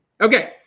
Okay